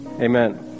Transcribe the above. Amen